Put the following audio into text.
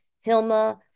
Hilma